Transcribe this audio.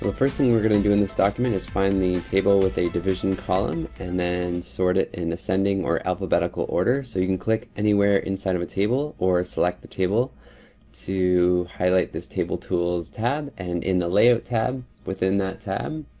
first thing we're gonna do in this document is find the table with a division column, and then sort it in ascending, or alphabetical order. so you can click anywhere inside of table, or select the table to highlight this table tools tab. and in the layout tab, within that tab,